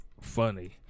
funny